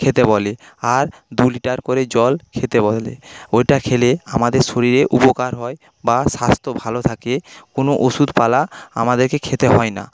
খেতে বলে আর দু লিটার করে জল খেতে বলে ওটা খেলে আমাদের শরীরে উপকার হয় বা স্বাস্থ্য ভালো থাকে কোনও ওষুধ পালা আমাদেরকে খেতে হয় না